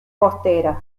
costera